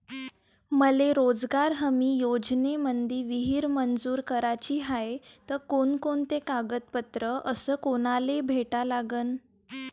मले रोजगार हमी योजनेमंदी विहीर मंजूर कराची हाये त कोनकोनते कागदपत्र अस कोनाले भेटा लागन?